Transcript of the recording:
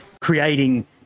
creating